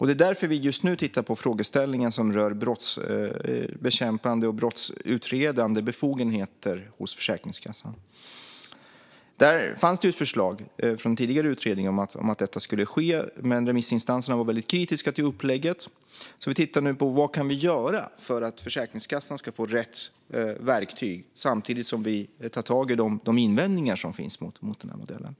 Det är därför vi just nu tittar på frågeställningen som rör brottsbekämpande och brottsutredande befogenheter hos Försäkringskassan. Där fanns det ett förslag från tidigare utredning om att detta skulle ske. Men remissinstanserna var väldigt kritiska till upplägget. Vi tittar nu på vad vi kan göra för att Försäkringskassan ska få rätt verktyg samtidigt som vi tar tag i de invändningar som finns mot den här modellen.